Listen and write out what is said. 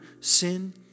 sin